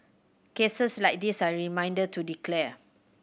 cases like this are a reminder to declare